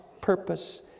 purpose